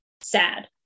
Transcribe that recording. sad